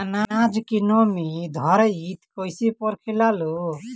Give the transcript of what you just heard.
आनाज के नमी घरयीत कैसे परखे लालो?